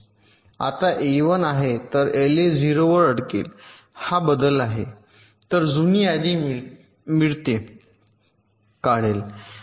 आता ए 1 आहे तर एलए 0 वर अडकेल हा बदल आहे तर जुनी यादी मिळते काढले